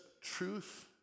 truth